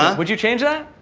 would you change that?